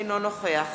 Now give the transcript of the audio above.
אינו נוכח